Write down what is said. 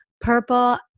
purple